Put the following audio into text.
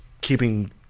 keeping